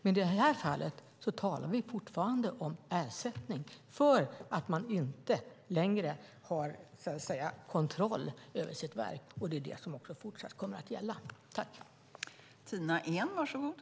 Men i det här fallet talar vi fortfarande om en ersättning för att man inte längre har kontroll över sitt verk, och det är det som också kommer att gälla i fortsättningen.